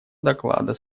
доклада